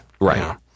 Right